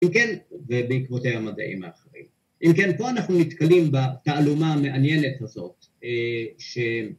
‫אם כן, ובעקבותי המדעים האחרים. ‫אם כן, פה אנחנו נתקלים ‫בתעלומה המעניינת הזאת, ש